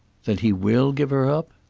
then he will give her up?